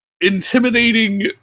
Intimidating